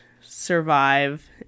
survive